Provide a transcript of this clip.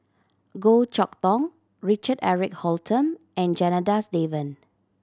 Goh Chok Tong Richard Eric Holttum and Janadas Devan